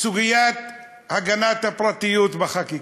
סוגיית הגנת הפרטיות בחקיקה.